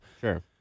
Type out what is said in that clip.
sure